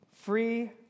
free